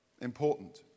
important